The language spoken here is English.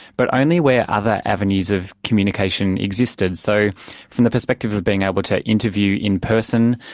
but only where other avenues of communication existed. so from the perspective of being able to interview in person,